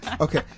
Okay